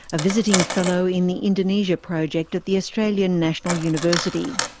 a visiting fellow in the indonesia project at the australian national university.